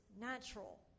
natural